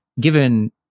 given